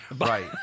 Right